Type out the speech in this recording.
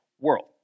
world